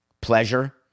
pleasure